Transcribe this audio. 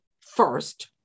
first